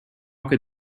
could